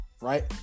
right